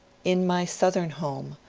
in my southern home,